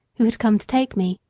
who had come to take me,